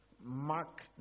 Mark